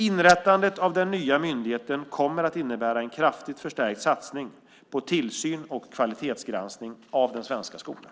Inrättandet av den nya myndigheten kommer att innebära en kraftigt förstärkt satsning på tillsyn och kvalitetsgranskning av den svenska skolan.